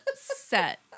set